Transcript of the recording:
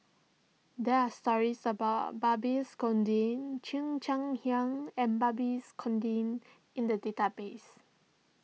there are stories about Barbies Conde Cheo Chai Hiang and Barbies Conde in the database